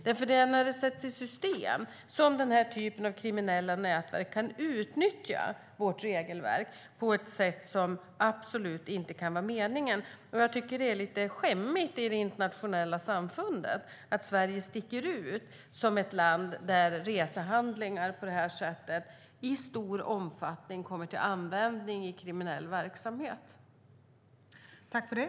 Det är när detta sätts i system som den här typen av kriminella nätverk kan utnyttja vårt regelverk på ett sätt som absolut inte kan vara meningen. Jag tycker att det är lite skämmigt att Sverige i det internationella samfundet sticker ut som ett land där resehandlingar på det här sättet i stor omfattning kommer till användning i kriminell verksamhet.